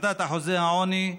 הפחתת אחוזי העוני,